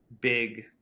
big